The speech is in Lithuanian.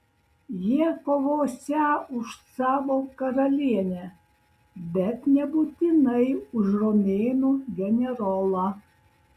jie kovosią už savo karalienę bet nebūtinai už romėnų generolą